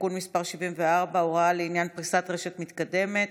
(תיקון מס' 74) (הוראות לעניין פריסת רשת מתקדמת),